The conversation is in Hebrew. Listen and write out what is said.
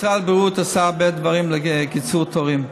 משרד הבריאות עשה הרבה דברים לקיצור תורים.